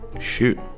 Shoot